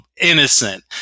innocent